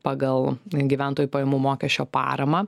pagal gyventojų pajamų mokesčio paramą